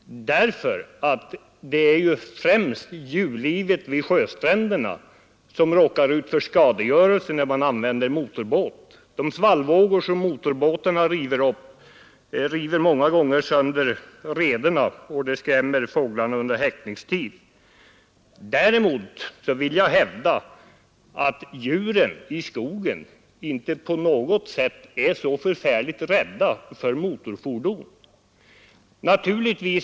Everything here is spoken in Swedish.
Det är ju främst djurlivet vid sjöstränderna som råkar ut för skadegörelse när man använder motorbåt. De svallvågor som motorbåtarna driver upp river många gånger sönder redena, och det skrämmer fåglarna under häckningstid. Däremot vill jag hävda att djuren i skogen inte på något sätt är så förfärligt rädda för motorfordon.